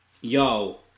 yo